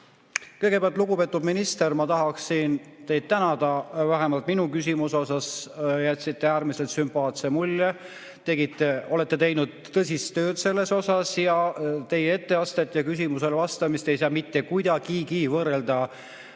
Kõigepealt, lugupeetud minister, ma tahaksin teid tänada. Vähemalt minu küsimusele vastates jätsite äärmiselt sümpaatse mulje. Olete teinud tõsist tööd selles asjas. Teie etteastet ja küsimusele vastamist ei saa mitte kuidagigi võrrelda